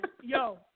yo